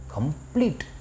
Complete